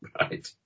Right